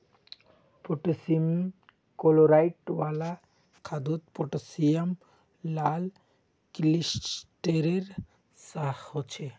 potassium chloride वाला खादोत potassium लाल क्लिस्तेरेर सा होछे